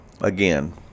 again